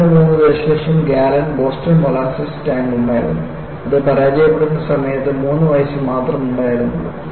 3 ദശലക്ഷം gallon Boston molasses tank ഉണ്ടായിരുന്നു അത് പരാജയപ്പെടുന്ന സമയത്ത് 3 വയസ്സ് മാത്രം ഉണ്ടായിരുന്നുള്ളൂ